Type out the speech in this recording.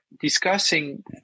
discussing